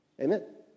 Amen